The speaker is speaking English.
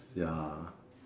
ya